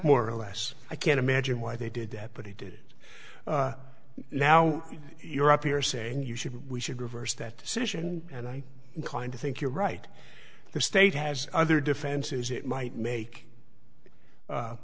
more or less i can't imagine why they did that but he did it now you're up here saying you should we should reverse that decision and i kind of think you're right the state has other defenses it might make